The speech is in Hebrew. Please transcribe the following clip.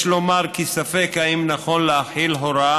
יש לומר כי ספק אם נכון להחיל הוראה